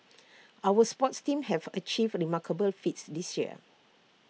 our sports teams have achieved remarkable feats this year